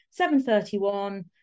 731